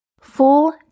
Full